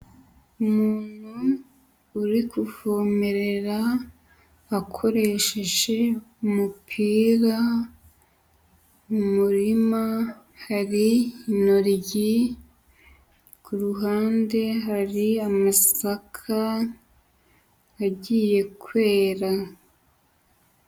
Umuntu uri kuvomerera akoresheje umupira, mu murima hari intoryi, ku ruhande hari amasaka agiye kwera.